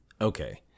Okay